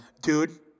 dude